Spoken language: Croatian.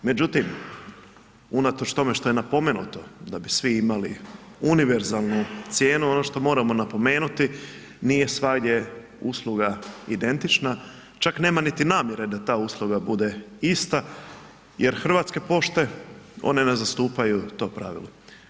Međutim, unatoč tome što je napomenuto da bi svi imali univerzalnu cijenu, ono što moramo napomenuti nije svagdje usluga identična, čak nema niti namjere da ta usluga bude ista jer Hrvatske pošte one ne zastupaju to pravilo.